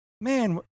man